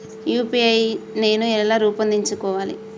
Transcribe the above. UPI నేను ఎలా రూపొందించుకోవాలి?